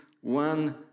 one